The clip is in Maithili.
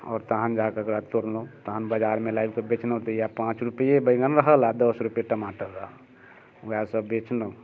आओर तहन जाकऽ एकरा तोड़नौ तहन बजारमे लाबिके बेचनौ तहिया पाँच रुपये बैगन रहल आओर दस रुपये टमाटर रहल वएह सभ बेचनौ